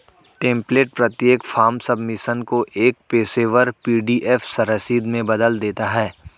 template प्रत्येक form submission को एक पेशेवर पी.डी.एफ रसीद में बदल देता है